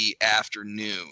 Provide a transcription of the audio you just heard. afternoon